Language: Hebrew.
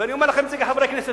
אני אומר לכם את זה כחברי הכנסת.